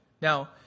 Now